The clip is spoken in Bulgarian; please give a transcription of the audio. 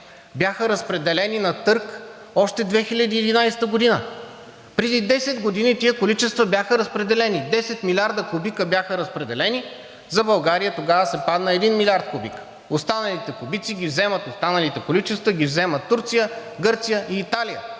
бяха разпределени на търг още през 2011 г. Преди 10 години тези количества бяха разпределени – 10 милиарда кубика бяха разпределени, и за България тогава се падна един милиард кубика. Останалите кубици – останалите количества, ги взимат Турция, Гърция и Италия.